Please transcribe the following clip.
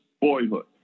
boyhood